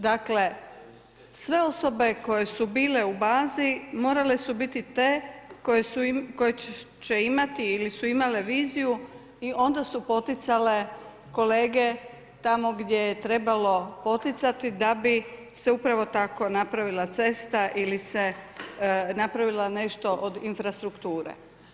Dakle, sve osobe koje su bile u bazi morale su biti te koje će imati ili su imale viziju i onda su poticale kolege tamo gdje je trebalo poticati da bi se upravo tako napravila cesta ili se napravilo nešto od infrastrukture.